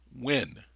win